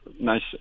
Nice